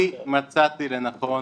אני מצאתי לנכון,